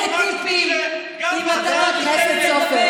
גברתי השרה המנוסה,